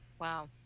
Wow